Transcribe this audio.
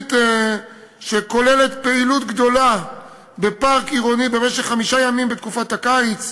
ותוכנית שכוללת פעילות גדולה בפארק עירוני במשך חמישה ימים בתקופת הקיץ: